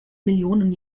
millionen